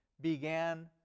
began